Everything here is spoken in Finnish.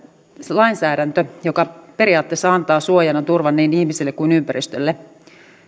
lainsäädäntö joka periaatteessa antaa suojan ja turvan niin ihmisille kuin ympäristölle